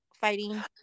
fighting